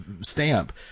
stamp